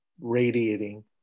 radiating